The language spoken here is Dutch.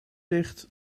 dicht